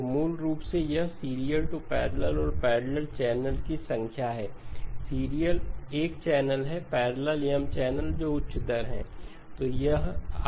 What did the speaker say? तो मूल रूप से यह सीरियल टू पैरेलल और पैरेलल चैनल की संख्या है सीरियल एक चैनल है पैरेलल M चैनल जो उच्च दर है